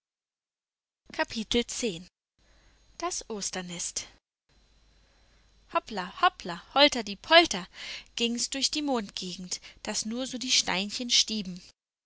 das osternest hoppla hoppla holterdiepolter ging's durch die mondgegend daß nur so die steinchen stiebten